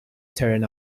stern